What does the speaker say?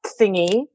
thingy